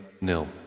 nil